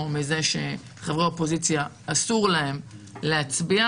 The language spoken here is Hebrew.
בשל כך שלחברי האופוזיציה אסור להצביע.